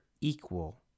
equal